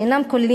שאינם כוללים,